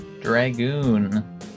Dragoon